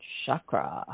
chakra